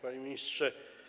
Panie Ministrze!